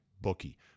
bookie